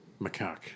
macaque